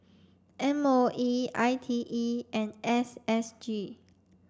M O E I T E and S S G